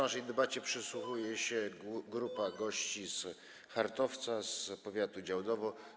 Naszej debacie przysłuchuje się grupa gości z Hartowca, z powiatu Działdowo.